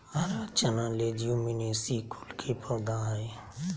हरा चना लेज्युमिनेसी कुल के पौधा हई